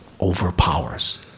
overpowers